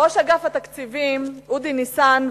ראש אגף התקציבים אודי ניסן,